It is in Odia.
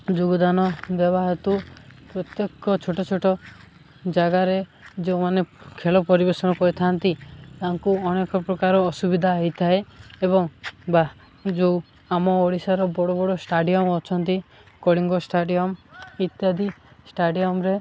ଯୋଗଦାନ ଦେବା ହେତୁ ପ୍ରତ୍ୟେକ ଛୋଟ ଛୋଟ ଜାଗାରେ ଯେଉଁମାନେ ଖେଳ ପରିବେଷଣ କରିଥାନ୍ତି ତାଙ୍କୁ ଅନେକ ପ୍ରକାର ଅସୁବିଧା ହୋଇଥାଏ ଏବଂ ବା ଯେଉଁ ଆମ ଓଡ଼ିଶାର ବଡ଼ ବଡ଼ ଷ୍ଟାଡିୟମ୍ ଅଛନ୍ତି କଳିଙ୍ଗ ଷ୍ଟାଡିୟମ୍ ଇତ୍ୟାଦି ଷ୍ଟାଡ଼ିୟମ୍ରେ